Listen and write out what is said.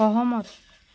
সহমত